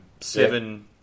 seven